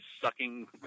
sucking